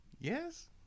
yes